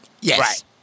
Yes